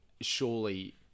Surely